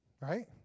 right